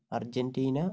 Argentina